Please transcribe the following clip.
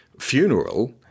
funeral